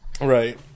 Right